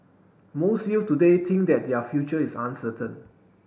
most youth today think that their future is uncertain